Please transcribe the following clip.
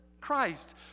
Christ